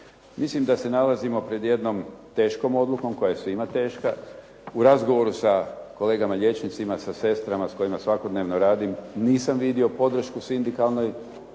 Mislim da se nalazimo pred jednom teškom odlukom koja je svima teška. U razgovoru s kolegama liječnicima, sa sestrama s kojima svakodnevno radim nisam vidio podršku sindikalnoj